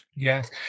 Yes